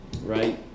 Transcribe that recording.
Right